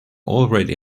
already